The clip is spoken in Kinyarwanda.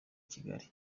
kigali